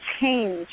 change